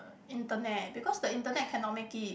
internet because the internet cannot make it